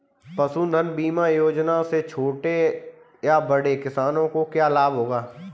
पशुधन बीमा योजना से छोटे या बड़े किसानों को क्या लाभ होगा?